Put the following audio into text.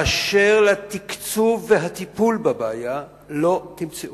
באשר לתקצוב ולטיפול בבעיה, לא תמצאו.